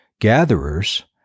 gatherers